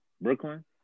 Brooklyn